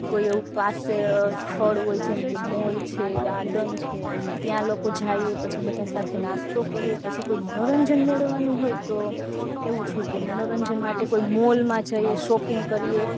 કોઈ એવું પાસે સ્થળ હોય જેમ કે મોલ છે ગાર્ડંન છે ત્યાં લોકો જઈએ પછી બધાં સાથે નાસ્તો કરીએ પછી કોઈ મનોરંજન મેળવવાનું હોય તો એવું છે કે મનોરંજન માટે કોઈ મોલમાં જઈએ શોપિંગ કરીએ